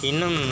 Inum